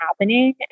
happening